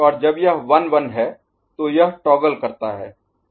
और जब यह 1 1 है तो यह टॉगल करता है